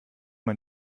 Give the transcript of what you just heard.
man